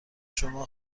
شما